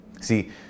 See